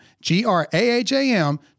G-R-A-H-A-M